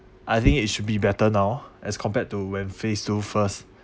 I think it should be better now as compared to when phase two first